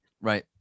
Right